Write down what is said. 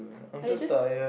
I just